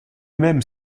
même